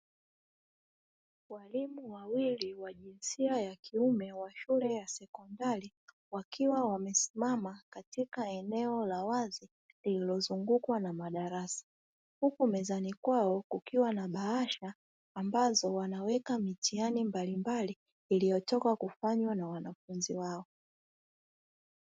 Walimu wawili wa jinsia ya kiume wa shule ya sekondari wakiwa wamesimama katika eneo la wazi lililozungukwa na madarasa, huku mezani kwao kukiwa na bahasha ambazo wanaweka mitihani mbalimbali iliyotoka kufanywa na wanafunzi wao.